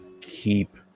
keep